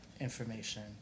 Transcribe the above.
information